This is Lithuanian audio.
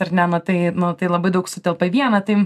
ar nematai nu tai labai daug sutelpa į vieną tai